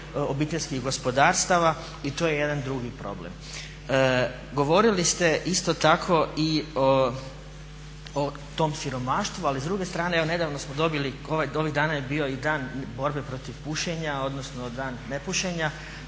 obiteljskih gospodarstava i to je jedan drugi problem. Govorili ste isto tako i o tom siromaštvu, ali s druge strane evo nedavno smo dobili, ovih dana je bio i Dan borbe protiv pušenja odnosno Dan nepušenja